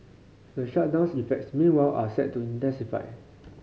the shutdown's effects meanwhile are set to intensify